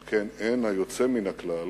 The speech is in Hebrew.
על כן, אין היוצא מן הכלל